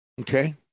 Okay